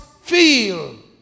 feel